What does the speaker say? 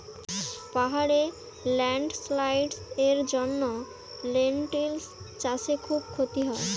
পাহাড়ে ল্যান্ডস্লাইডস্ এর জন্য লেনটিল্স চাষে খুব ক্ষতি হয়